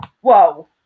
whoa